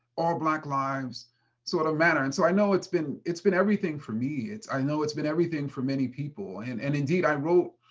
all black lives sort of matter. and so i know it's been it's been everything for me. i know it's been everything for many people. and and indeed, i wrote